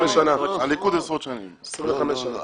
הליכוד, עשרות שנים, 25 שנה.